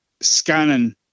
scanning